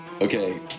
Okay